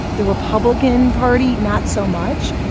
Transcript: the republican party, not so much.